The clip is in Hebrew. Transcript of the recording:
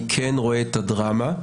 אני כן רואה את הדרמה,